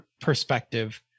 perspective